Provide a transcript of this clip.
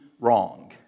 wrong